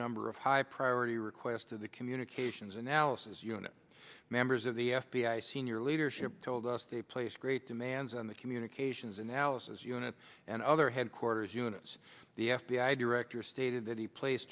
number of high priority requests to the communications analysis unit members of the f b i senior leadership told us they placed great demands on the communications analysis unit and other headquarters units the f b i director stated that he pla